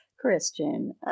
Christian